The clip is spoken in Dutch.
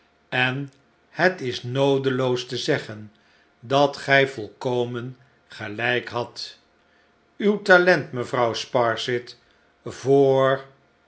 en het is noodeloos te zeggen dat gij volkomen gelijk hadt uw talent mevrouw sparsit voor